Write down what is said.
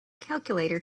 calculator